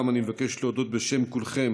אני מבקש להודות בשם כולכם